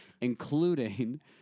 including